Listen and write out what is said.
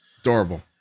Adorable